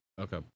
Okay